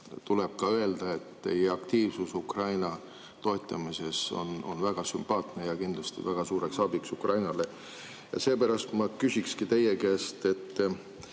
Tuleb ka öelda, et teie aktiivsus Ukraina toetamisel on väga sümpaatne ja kindlasti väga suureks abiks Ukrainale. Ja seepärast ma küsingi teie käest. Et